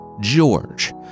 George